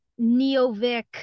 Neovic